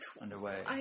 underway